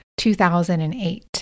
2008